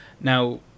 Now